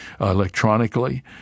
electronically